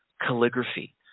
calligraphy